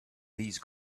these